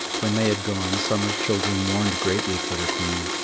when they had gone, summer's children mourned greatly for their queen.